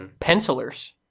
pencilers